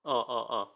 ah ah ah